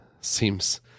Seems